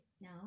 No